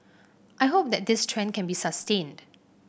I hope that this trend can be sustained